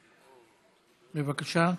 בבקשה.